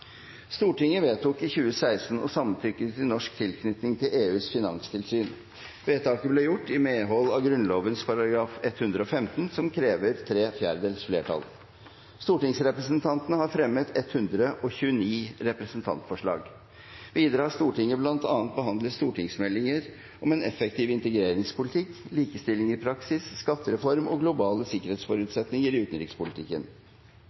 Stortinget vedtok i 2016 å samtykke til norsk tilknytning til EUs finanstilsyn. Vedtaket ble gjort i medhold av Grunnloven § 115, som krever tre fjerdedels flertall. Stortingsrepresentantene har fremmet 129 representantforslag. Videre har Stortinget bl.a. behandlet stortingsmeldinger om en effektiv integreringspolitikk, likestilling i praksis, skattereform og globale